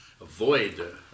avoid